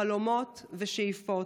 חלומות ושאיפות.